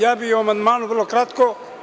Ja bih o amandmanu vrlo kratko.